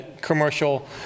commercial